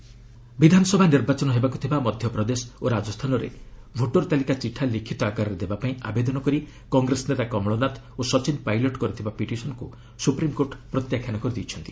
SC dismiss ବିଧାନସଭା ନିର୍ବାଚନ ହେବାକୁ ଥିବା ମଧ୍ୟପ୍ରଦେଶ ଓ ରାଜସ୍ଥାନରେ ଭୋଟର୍ ତାଲିକା ଚିଠା ଲିଖିତ ଆକାର ଦେବାପାଇଁ ଆବେଦନ କରି କଂଗ୍ରେସ ନେତା କମଳ ନାଥ ଓ ସଚିନ୍ ପାଇଲଟ୍ କରିଥିବା ପିଟିସନ୍କୁ ସୁପ୍ରିମ୍କୋର୍ଟ ପ୍ରତ୍ୟାଖ୍ୟାନ କରିଦେଇଛନ୍ତି